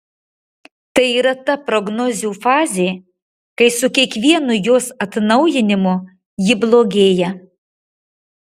tai yra ta prognozių fazė kai su kiekvienu jos atnaujinimu ji blogėja